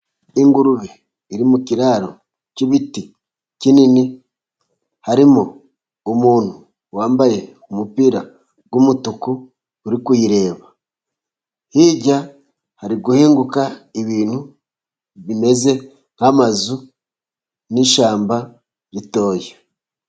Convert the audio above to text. Ingurube iri mu kiraro cy'ibiti kinini, harimo umuntu wambaye umupira w'umutuku uri kuyireba, hirya hari guhinguka ibintu bimeze nk'amazu n'ishyamba ritoya